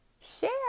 Share